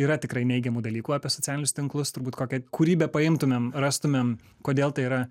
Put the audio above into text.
yra tikrai neigiamų dalykų apie socialinius tinklus turbūt kokią kurį bepaimtumėm rastumėm kodėl tai yra